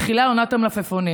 מתחילה עונת המלפפונים.